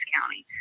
County